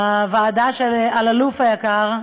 הוועדה של אלאלוף היקר,